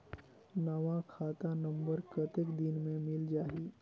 नवा खाता नंबर कतेक दिन मे मिल जाही?